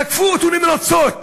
תקפו אותו נמרצות.